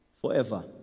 forever